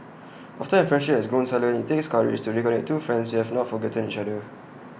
after A friendship has grown silent IT takes courage to reconnect two friends who have not forgotten each other